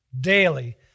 Daily